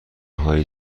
هایی